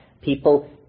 people